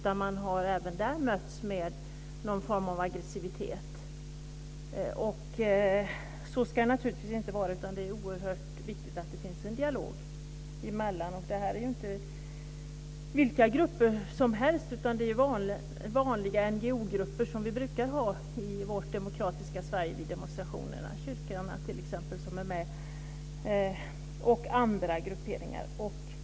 De har även där mötts med aggressivitet. Så ska det naturligtvis inte vara. Det är viktigt att det förs en dialog mellan polis och demonstranter. Det rör sig ju inte vilka grupper som helst utan det är vanliga NGO-grupper som brukar delta i demonstrationerna och som redan finns i vårt demokratiska Sverige, t.ex. kyrkan.